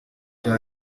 cya